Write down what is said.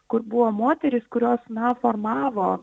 kur buvo moterys kurios na formavo